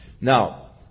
Now